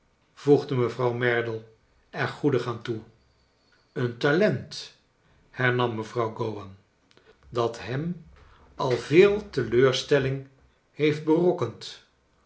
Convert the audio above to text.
voegde mevrouw merdle er goedig aan toe een talent hernam me vrouw gowan dat hem al veel teleurstelling heeft berokkend